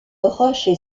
roche